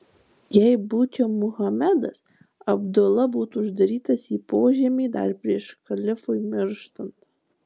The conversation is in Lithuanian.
jei būčiau muhamedas abdula būtų uždarytas į požemį dar prieš kalifui mirštant